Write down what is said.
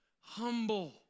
humble